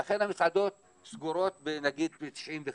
לכן המסעדות סגורות נגיד ב-95%.